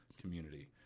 community